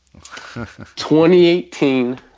2018